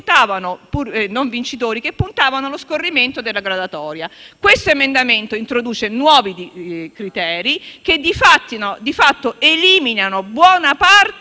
in ballo, che puntavano allo scorrimento della graduatoria. Questo emendamento introduce nuovi criteri che di fatto eliminano buona parte